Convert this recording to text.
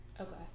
Okay